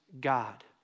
God